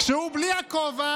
כשהוא בלי הכובע,